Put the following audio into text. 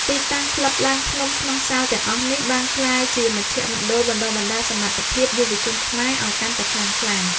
ទីតាំងក្លឹបឡើងភ្នំក្នុងសាលទាំងអស់នេះ បានក្លាយជាមជ្ឈមណ្ឌលបណ្ដុះបណ្ដាលសមត្ថភាពយុវជនខ្មែរឱ្យកាន់តែខ្លាំងក្លា។